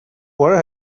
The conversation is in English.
where